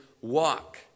walk